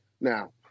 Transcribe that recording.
now